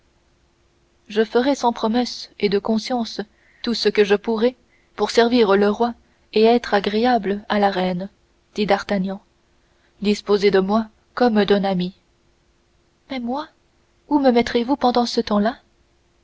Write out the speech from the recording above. je ferai sans promesse et de conscience tout ce que je pourrai pour servir le roi et être agréable à la reine dit d'artagnan disposez donc de moi comme d'un ami mais moi où me mettrez vous pendant ce temps-là